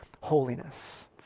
holiness